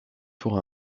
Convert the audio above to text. pour